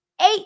Eight